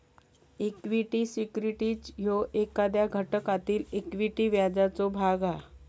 equity securities ह्यो एखाद्या घटकातील इक्विटी व्याजाचो भाग हा